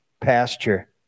pasture